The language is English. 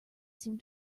seemed